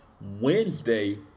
Wednesday